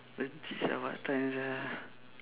then this one what time is ah